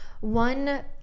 one